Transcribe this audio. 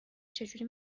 چجوری